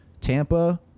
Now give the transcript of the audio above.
Tampa